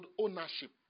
ownership